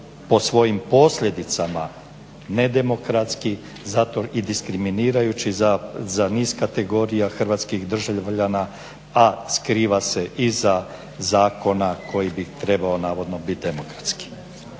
po svojim posljedicama nedemokratski i diskriminirajući za niz kategorija hrvatskih državljana, a skriva se iza zakona koji bi trebao navodno biti demokratski.